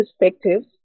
perspectives